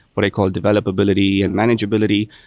what i call developability and manageability.